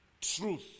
Truth